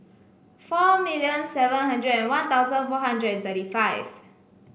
four million seven hundred and One Thousand four hundred and thirty five